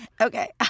Okay